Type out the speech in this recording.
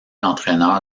entraîneur